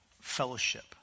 fellowship